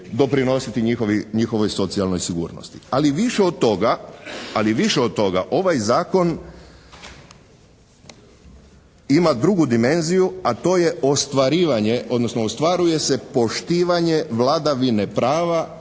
doprinositi njihovoj socijalnoj sigurnosti. Ali više od toga, ali više od toga ovaj zakon ima drugu dimenziju, a to je ostvarivanje, odnosno ostvaruje se poštivanje vladavine prava